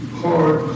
hard